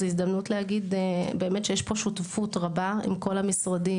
זו הזדמנות להגיד שיש פה שותפות רבה עם כל המשרדים,